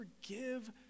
forgive